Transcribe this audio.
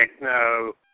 no